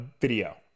video